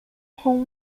com